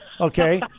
Okay